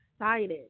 excited